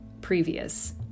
previous